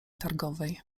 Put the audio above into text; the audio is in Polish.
targowej